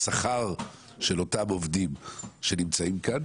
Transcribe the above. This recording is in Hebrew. שכר של אותם עובדים שנמצאים כאן,